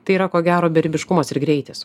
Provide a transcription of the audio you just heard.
tai yra ko gero beribiškumas ir greitis